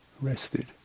rested